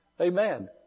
Amen